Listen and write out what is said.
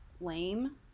lame